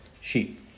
sheep